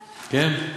כן?